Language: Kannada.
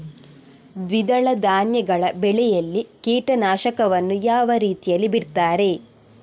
ದ್ವಿದಳ ಧಾನ್ಯಗಳ ಬೆಳೆಯಲ್ಲಿ ಕೀಟನಾಶಕವನ್ನು ಯಾವ ರೀತಿಯಲ್ಲಿ ಬಿಡ್ತಾರೆ?